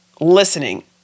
listening